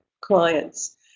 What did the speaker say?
clients